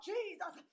Jesus